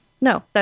No